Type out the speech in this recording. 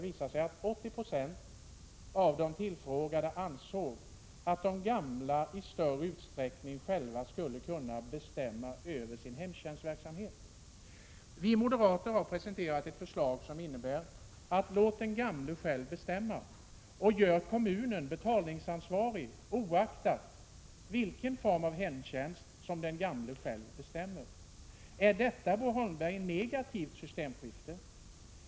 80 26 av de tillfrågade ansåg att de gamla i större utsträckning själva skulle kunna bestämma när det gäller hemtjänstverksamheten. Vi moderater har presenterat ett förslag som innebär att gamla själva skall få bestämma och att kommunen skall göras betalningsansvarig — oaktat vilken form av hemtjänst som de gamla själva väljer. Är detta, Bo Holmberg, ett negativt systemskifte?